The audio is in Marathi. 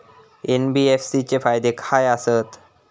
एन.बी.एफ.सी चे फायदे खाय आसत?